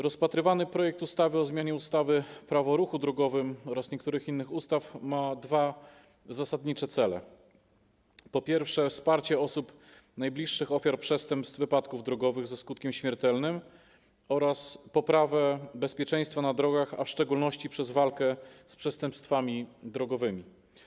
Rozpatrywany projekt ustawy o zmianie ustawy - Prawo o ruchu drogowym oraz niektórych innych ustaw ma dwa zasadnicze cele: po pierwsze, wsparcie osób najbliższych ofiar przestępstw wypadków drogowych ze skutkiem śmiertelnym, po drugie, poprawę bezpieczeństwa na drogach, w szczególności przez walkę z przestępstwami drogowymi.